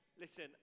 Listen